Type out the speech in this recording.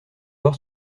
voir